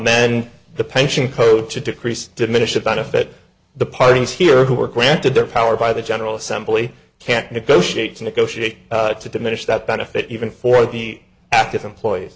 mend the pension code to decrease diminish a benefit the parties here who are granted their power by the general assembly can't negotiate to negotiate to diminish that benefit even for the active employees